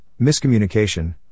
miscommunication